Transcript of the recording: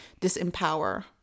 disempower